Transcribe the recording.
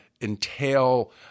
entail